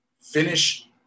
finish